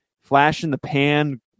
flash-in-the-pan